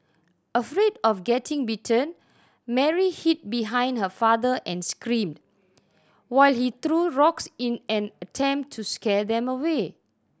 afraid of getting bitten Mary hid behind her father and screamed while he threw rocks in an attempt to scare them away